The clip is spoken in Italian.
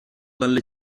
dalle